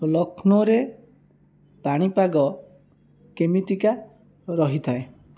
ଲକ୍ଷ୍ନୌରେ ପାଣିପାଗ କେମିତିକା ରହିଥାଏ